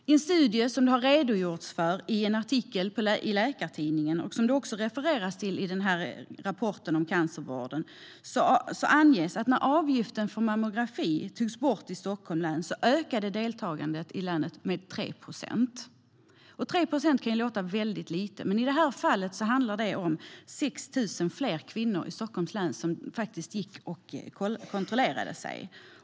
I en studie som redogjorts för i en artikel i Läkartidningen, och som det också refereras till i rapporten om cancervården, anges att när avgiften för mammografi togs bort i Stockholms län ökade deltagandet i länet med 3 procent. Man kan tycka att 3 procent låter lite, men i det här fallet handlar det om att 6 000 fler kvinnor i Stockholms län gick och kontrollerade sig.